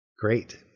Great